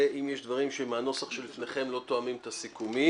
ואם יש דברים שבנוסח שלפניכם לא תואמים את הסיכומים,